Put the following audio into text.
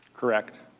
correct?